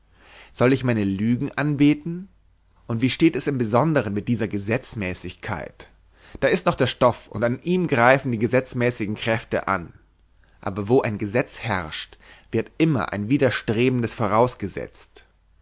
soll ich meine lügen anbeten und wie steht es im besondern mit dieser gesetzmäßigkeit da ist noch der stoff und an ihm greifen die gesetzmäßigen kräfte an aber wo ein gesetz herrscht wird immer ein widerstrebendes vorausgesetzt